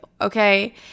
okay